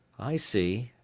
i see,